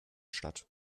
statt